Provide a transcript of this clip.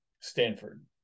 Stanford